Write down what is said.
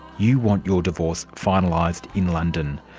you want your divorce finalised in london.